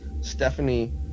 Stephanie